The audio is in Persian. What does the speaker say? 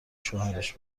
شوهرش